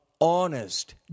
honest